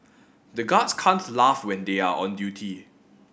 the guards can't laugh when they are on duty